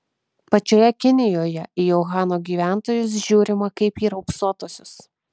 pačioje kinijoje į uhano gyventojus žiūrima kaip į raupsuotuosius